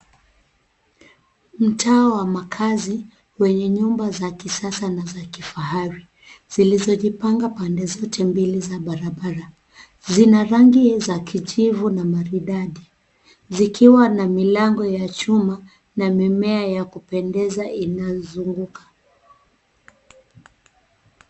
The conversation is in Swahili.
Mtaa wa makazi wenye nyumba za kisasa na za kifahari, zilizojipangwa pande zote mbili za barabara. Zina rangi za kijivu na maridadi zikiwa na milango ya chuma na mimea ya kupendeza inazunguka.